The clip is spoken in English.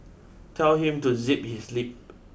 tell him to zip his lip